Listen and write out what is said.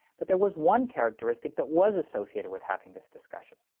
but there was one characteristic that was associated with having this discussion,